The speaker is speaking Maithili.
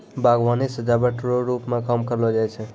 बागवानी सजाबट रो रुप मे काम करलो जाय छै